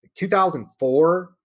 2004